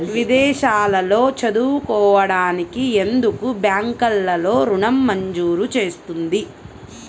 విదేశాల్లో చదువుకోవడానికి ఎందుకు బ్యాంక్లలో ఋణం మంజూరు చేస్తుంది?